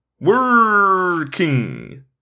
Working